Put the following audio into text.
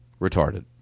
retarded